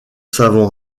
savons